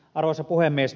arvoisa puhemies